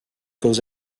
goes